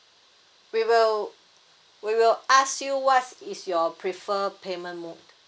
we will we will ask you what's is your prefer payment mode